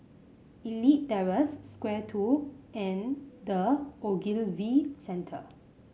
Elite Terrace Square Two and The Ogilvy Centre